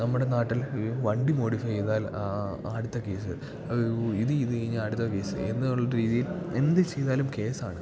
നമ്മുടെ നാട്ടിൽ വണ്ടി മോഡിഫൈ ചെയ്താൽ ആ അടുത്ത കേസ് ഇത് ചെയ്ത് കഴിഞ്ഞാൽ അടുത്ത കേസ് എന്നുള്ള രീതിയിൽ എന്ത് ചെയ്താലും കേസാണ്